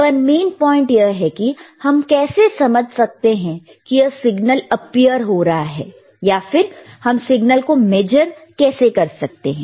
पर main point यह है कि हम कैसे समझ सकते हैं कि यह सिग्नल अपीयर हो रहा है या फिर हम सिग्नल को मेजर कैसे कर सकते हैं